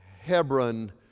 Hebron